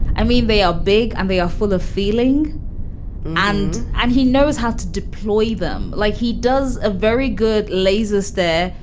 i mean, they are big and they are full of feeling and and he knows how to deploy them like he does. a very good lazers there.